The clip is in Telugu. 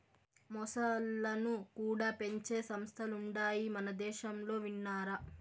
మొసల్లను కూడా పెంచే సంస్థలుండాయి మనదేశంలో విన్నారా